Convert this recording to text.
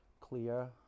clear